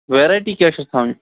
variety کیاہ چھِس ھاوٕنی